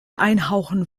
einhauchen